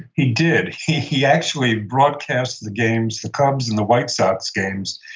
he did. he he actually broadcast the games, the cubs and the white sox games,